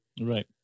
Right